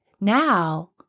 now